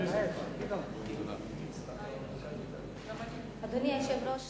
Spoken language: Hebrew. אדוני היושב-ראש,